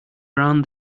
around